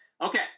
Okay